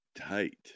Tight